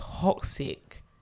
toxic